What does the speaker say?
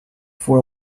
for